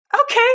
okay